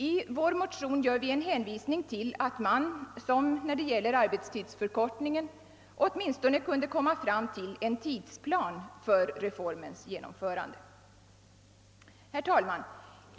I vår motion gör vi en hänvisning till att man liksom när det gäller arbetstidsförkortningen åtminstone borde komma fram till en tidplan för reformens genomförande. Herr talman!